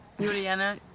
Juliana